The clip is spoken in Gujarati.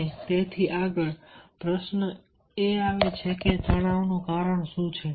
અને આગળ પ્રશ્ન એ આવે છે કેતણાવનું કારણ શું છે